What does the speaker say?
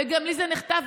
וגם שלי נחטף,